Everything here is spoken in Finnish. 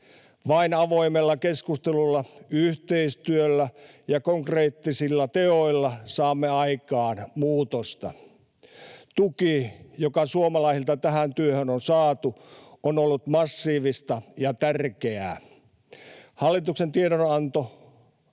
Vain avoimella keskustelulla, yhteistyöllä ja konkreettisilla teoilla saamme aikaan muutosta. Tuki, joka suomalaisilta tähän työhön on saatu, on ollut massiivista ja tärkeää. Hallituksen tiedonantoa